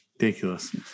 Ridiculous